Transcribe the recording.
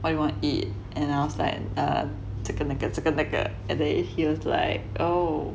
what you want eat and I was like err 这个那个这个那个 and then it feels like oh